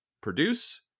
produce